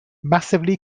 massively